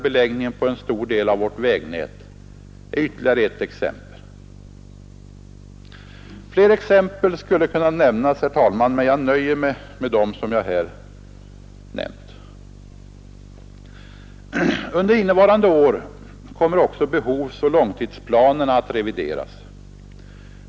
Under innevarande år kommer också behovsoch långtidsplanerna att revideras.